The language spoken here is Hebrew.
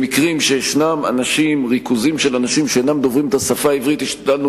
למקומות שיש בהם ריכוזים של אנשים שאינם דוברים את השפה העברית השתדלנו